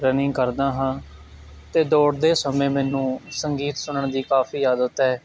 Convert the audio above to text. running ਕਰਦਾ ਹਾਂ ਅਤੇ ਦੌੜਦੇ ਸਮੇਂ ਮੈਨੂੰ ਸੰਗੀਤ ਸੁਣਨ ਦੀ ਕਾਫੀ ਆਦਤ ਹੈ